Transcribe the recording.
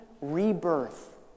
rebirth